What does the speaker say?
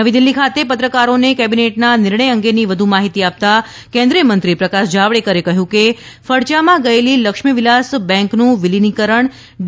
નવી દિલ્લી ખાતે પત્રકારોને કેબિનેટના નિર્ણય અંગેની વધુ માહિતી આપતા કેન્દ્રિય મંત્રી પ્રકાશ જાવડેકરે કહ્યું હતું કે ફડચામાં ગયેલી લક્ષ્મી વિલાસ બેન્કનું વિલીનીકરણ ડી